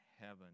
heaven